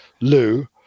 Lou